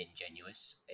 ingenuous